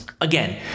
Again